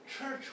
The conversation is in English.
church